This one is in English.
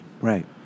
Right